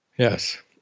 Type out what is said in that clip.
Yes